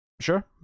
sure